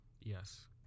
Yes